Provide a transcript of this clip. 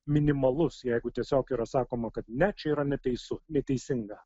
minimalus jeigu tiesiog yra sakoma kad ne čia yra neteisu neteisinga